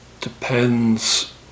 Depends